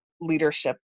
leadership